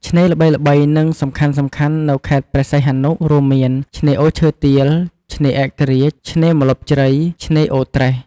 ឆ្នេរល្បីៗ និងសំខាន់ៗនៅខេត្តព្រះសីហនុ រួមមាន ឆ្នេរអូឈើទាល ឆ្នេរឯករាជ្យ ឆ្នេរម្លប់ជ្រៃ ឆ្នេរអូរត្រេស។